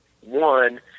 One